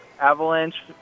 Avalanche